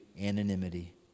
anonymity